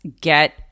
get